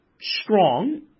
strong